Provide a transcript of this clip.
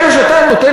כרוך.